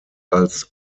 als